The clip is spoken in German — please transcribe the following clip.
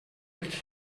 jetzt